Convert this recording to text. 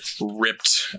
ripped